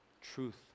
Truth